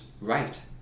right